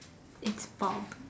it's Bob